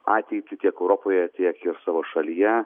ateitį tiek europoje tiek ir savo šalyje